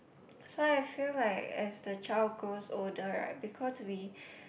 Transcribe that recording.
so I feel like as the child grows older